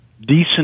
decent